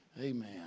Amen